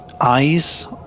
eyes